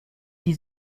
die